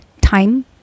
time